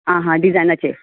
आं हां डिजायनाचे